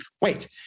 Wait